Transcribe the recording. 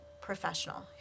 professional